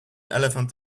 elephant